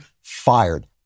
fired